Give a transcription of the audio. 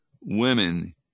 women